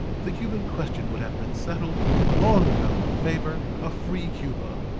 the cuban question would have been settled long ago in favor of free cuba.